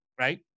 right